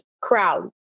crowd